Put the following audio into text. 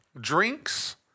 Drinks